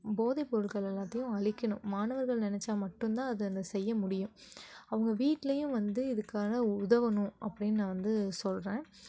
போதை பொருள்கள் எல்லாத்தையும் அழிக்கணும் மாணவர்கள் நெனச்சால் மட்டும் தான் அதை செய்ய முடியும் அவங்க வீட்லேயும் வந்து இதுக்காக உதவணும் அப்படின்னு நான் வந்து சொல்கிறேன்